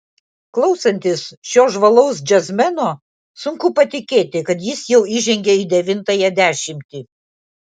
klausantis šio žvalaus džiazmeno sunku patikėti kad jis jau įžengė į devintąją dešimtį